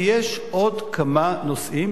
כי יש עוד כמה נושאים